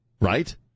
right